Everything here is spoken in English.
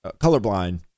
colorblind